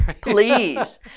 please